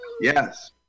yes